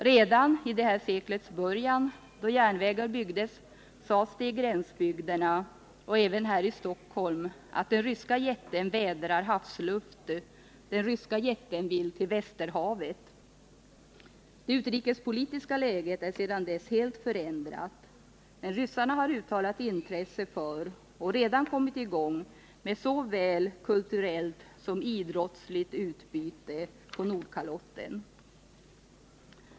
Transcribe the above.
Redan vid detta sekels början, då järnvägar byggdes, sades det i gränsbygderna och även här i Stockholm, att den ryska jätten vädrar havsluft, att den ryska jätten vill till Västerhavet. Det utrikespolitiska läget har sedan dess helt förändrats, men ryssarna har uttalat intresse för och redan kommit i gång med såväl kulturellt som idrottsligt utbyte på Nordkalotten.